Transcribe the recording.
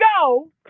go